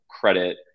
credit